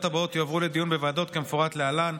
הבאות יועברו לדיון בוועדות כמפורט להלן: